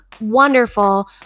wonderful